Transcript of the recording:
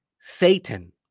Satan